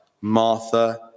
Martha